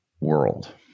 world